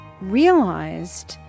realized